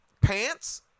pants